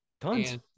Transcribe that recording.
tons